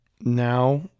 Now